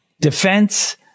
defense